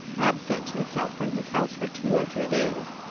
absent himself from his house for two or three days,